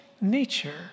nature